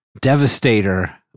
Devastator